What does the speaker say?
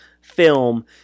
film